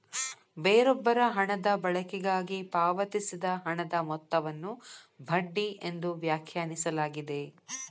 ಬೇರೊಬ್ಬರ ಹಣದ ಬಳಕೆಗಾಗಿ ಪಾವತಿಸಿದ ಹಣದ ಮೊತ್ತವನ್ನು ಬಡ್ಡಿ ಎಂದು ವ್ಯಾಖ್ಯಾನಿಸಲಾಗಿದೆ